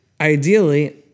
ideally